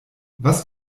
was